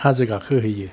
हाजो गाखो हैयो